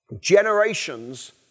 generations